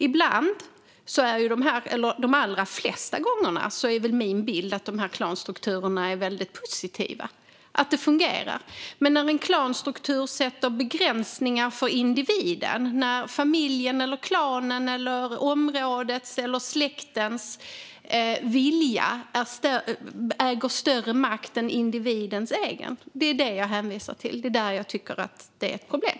Ibland, eller de allra flesta gånger, är min bild att de här klanstrukturerna är väldigt positiva och att de fungerar. Men när en klanstruktur skapar begränsningar för individen, när familjens, klanens, områdets eller släktens vilja äger större makt än individens egen - det är det jag hänvisar till. Det är då jag tycker att det är ett problem.